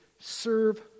Serve